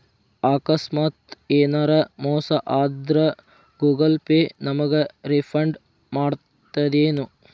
ಆಕಸ್ಮಾತ ಯೆನರ ಮೋಸ ಆದ್ರ ಗೂಗಲ ಪೇ ನಮಗ ರಿಫಂಡ್ ಮಾಡ್ತದೇನು?